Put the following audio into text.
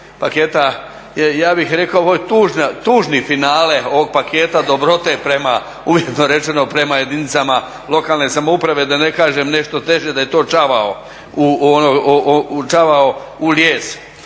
Ja bih rekao ovo je tužni finale ovog paketa dobrote prema, uvjetno rečeno, prema jedinicama lokalne samouprave, da ne kažem nešto teže, da je to čavao u lijesu.